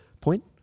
point